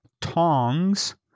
tongs